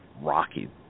rocky